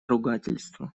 ругательство